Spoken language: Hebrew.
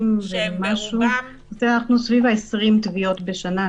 אנחנו סביב 20 תביעות בשנה.